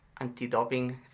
anti-doping